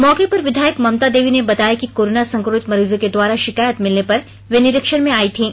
मौके पर विधायक ममता देवी ने बताया कि कोरोना संक्रमित मरीजों के द्वारा शिकायत मिलने पर वे निरीक्षण में आयी थीं